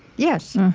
yes,